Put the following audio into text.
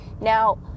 Now